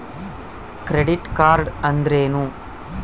Credit card ಅಂದ್ರೇನು?